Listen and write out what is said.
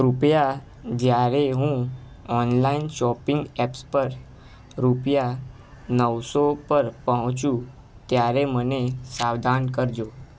કૃપયા જયારે હું ઓનલાઈન શોપિંગ એપ્સ પર રૂપિયા નવસો પર પહોંચું ત્યારે મને સાવધાન કરજો